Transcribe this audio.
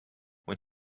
when